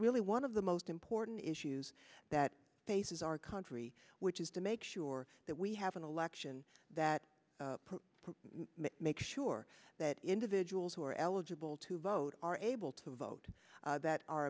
really one of the most important issues that faces our country which is to make sure that we have an election that make sure that individuals who are eligible to vote are able to vote that are